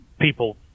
people